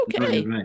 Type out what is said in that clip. okay